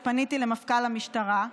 ופניתי למפכ"ל המשטרה.